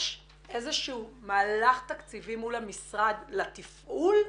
יש איזשהו מהלך תקציבי מול המשרד לתפעול?